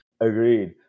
Agreed